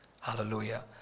Hallelujah